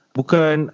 bukan